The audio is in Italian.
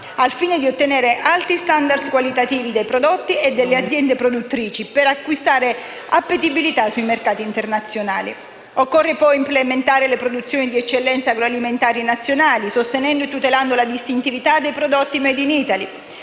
al fine di ottenere alti *standard* qualitativi dei prodotti e delle aziende produttrici per riacquistare appetibilità sui mercati internazionali. Occorre poi implementare le produzioni di eccellenza agroalimentari nazionali sostenendo e tutelando la distintività dei prodotti *made in Italy*.